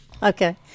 Okay